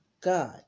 God